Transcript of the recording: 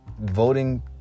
voting